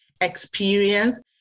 experience